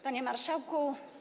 Panie Marszałku!